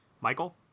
Michael